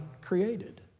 created